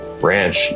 branch